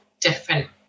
different